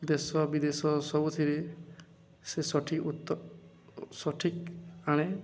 ଦେଶ ବିଦେଶ ସବୁଥିରେ ସେ ସଠିକ୍ ସଠିକ୍ ଆଣେ